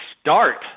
start